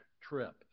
trip